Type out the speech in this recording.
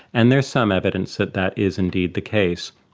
and there is some evidence that that is indeed the case.